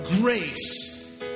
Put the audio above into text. grace